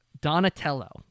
Donatello